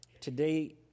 Today